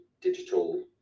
digital